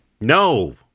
No